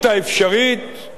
במגבלות שלנו,